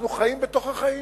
אנחנו חיים בתוך החיים.